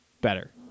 Better